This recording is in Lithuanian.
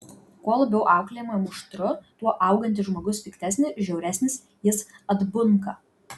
kuo labiau auklėjama muštru tuo augantis žmogus piktesnis žiauresnis jis atbunka